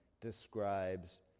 describes